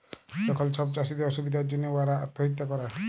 যখল ছব চাষীদের অসুবিধার জ্যনহে উয়ারা আত্যহত্যা ক্যরে